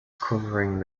covering